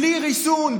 בלי ריסון,